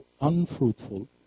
unfruitful